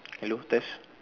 hello test